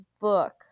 book